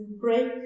break